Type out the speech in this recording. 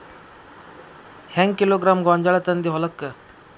ಹೆಂಗ್ ಕಿಲೋಗ್ರಾಂ ಗೋಂಜಾಳ ತಂದಿ ಹೊಲಕ್ಕ?